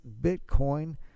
Bitcoin